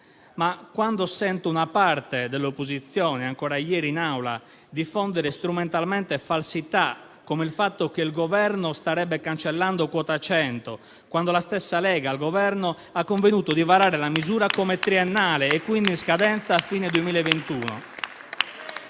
Poi però sento una parte dell'opposizione, ancora ieri in Aula, diffondere strumentalmente falsità, come il fatto che il Governo starebbe cancellando quota 100, quando la stessa Lega al Governo ha convenuto di varare la misura come triennale e quindi con scadenza a fine 2021.